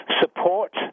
support